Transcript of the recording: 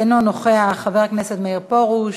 אינו נוכח, חבר הכנסת מאיר פרוש,